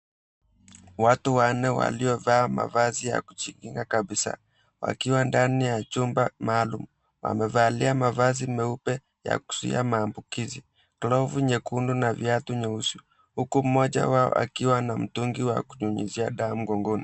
Watu wanne waliovaa mavazi ya kujikinga kabisa, wakiwa ndani ya chumba maalum wamevalia mavazi meupe ya kuzuia maambukizi glovu nyekundu na viatu nyeusi huku mmoja wao akiwa na mtungi wa kunyunyizia dawa mgongoni.